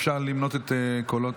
אפשר לספור את הקולות.